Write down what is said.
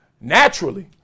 naturally